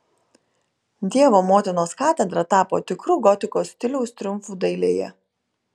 dievo motinos katedra tapo tikru gotikos stiliaus triumfu dailėje